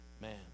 man